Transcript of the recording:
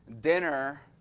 dinner